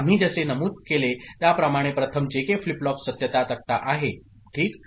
आम्ही जसे नमूद केले त्याप्रमाणे प्रथम जेके फ्लिप फ्लॉप सत्यता तक्ता आहे ठीक